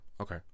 okay